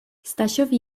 stasiowi